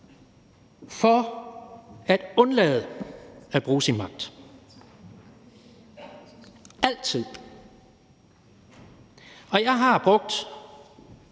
for at undlade at bruge sin magt – altid. Jeg har brugt,